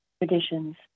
traditions